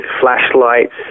flashlights